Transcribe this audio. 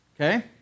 Okay